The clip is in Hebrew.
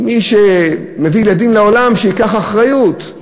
מעל בימת הכנסת הוא